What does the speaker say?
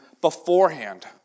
beforehand